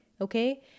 Okay